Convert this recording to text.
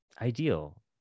ideal